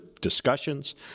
discussions